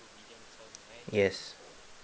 yes